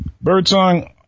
Birdsong